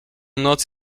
noc